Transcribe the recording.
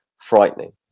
frightening